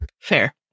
Fair